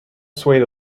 swayed